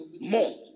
More